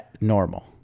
normal